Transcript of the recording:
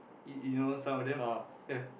you you know some of them ya